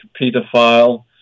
pedophile